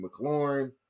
McLaurin